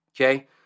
okay